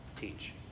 teach